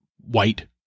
white